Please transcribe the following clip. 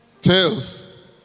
tails